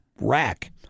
rack